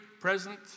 present